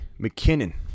McKinnon